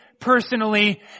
personally